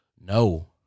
No